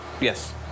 Yes